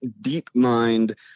DeepMind